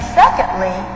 secondly